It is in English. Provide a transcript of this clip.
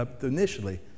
initially